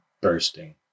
bursting